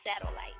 Satellite